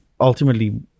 ultimately